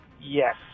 Yes